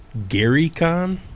GaryCon